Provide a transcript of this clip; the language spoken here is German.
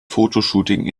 fotoshooting